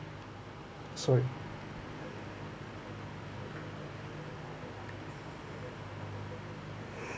sorry